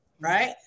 Right